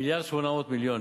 מיליארד ו-800 מיליון.